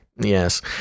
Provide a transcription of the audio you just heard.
yes